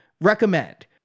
recommend